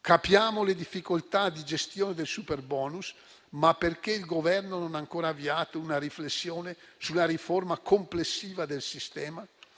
Capiamo le difficoltà di gestione del superbonus, ma perché il Governo non ha ancora avviato una riflessione sulla riforma complessiva del sistema?